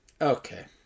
Okay